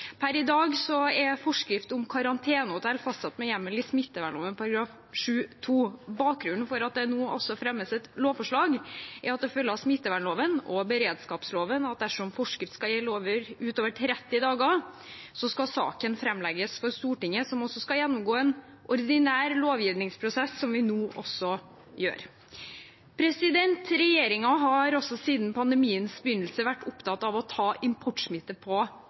Per i dag er forskrift om karantenehotell fastsatt med hjemmel i smittevernloven § 7-2. Bakgrunnen for at det nå også fremmes et lovforslag, er at det følger av smittevernloven og beredskapsloven at dersom en forskrift skal gjelde utover 30 dager, skal saken framlegges for Stortinget, som også skal gjennomgå en ordinær lovgivningsprosess, som vi nå gjør. Regjeringen har siden pandemiens begynnelse vært opptatt av å ta importsmitte på